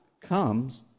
comes